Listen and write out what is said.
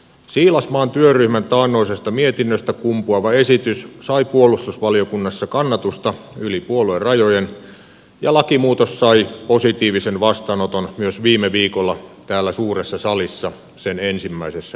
siilasmaan työryhmän taannoisesta mietinnöstä kumpuava esitys sai puolustusvaliokunnassa kannatusta yli puoluerajojen ja lakimuutos sai positiivisen vastaanoton myös viime viikolla täällä suuressa salissa sen ensimmäisessä käsittelyssä